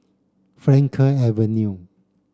Frankel Avenue